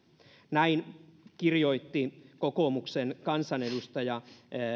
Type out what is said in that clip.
näin kirjoitti kokoomuksen kansanedustaja